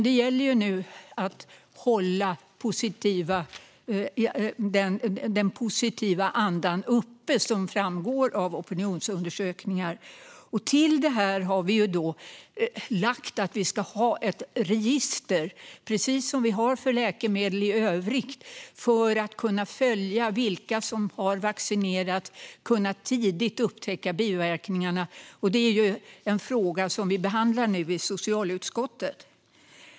Det gäller dock att hålla den positiva anda som framgår av opinionsundersökningar uppe, och till detta har vi lagt att vi ska ha ett register - precis som vi har för läkemedel i övrigt - för att kunna följa vilka som har vaccinerats och tidigt upptäcka biverkningarna. Det är en fråga vi nu behandlar i socialutskottet.